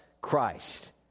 Christ